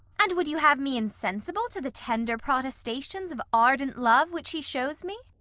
and would you have me insensible to the tender protestations of ardent love which he shows me?